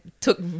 took